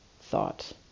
thought